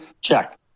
check